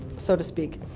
so to speak.